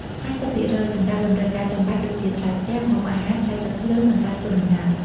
៥០% សម្រាប់តម្រូវការចាំបាច់ដូចជាថ្លៃផ្ទះ ម្ហូបអាហារ ថ្លៃទឹកភ្លើង និងការធ្វើដំណើរ។